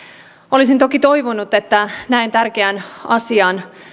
olisin toki toivonut että näin tärkeän asian